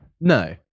No